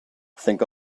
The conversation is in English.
think